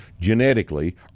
genetically